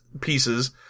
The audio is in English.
pieces